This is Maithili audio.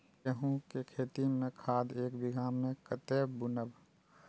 गेंहू के खेती में खाद ऐक बीघा में कते बुनब?